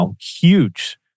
huge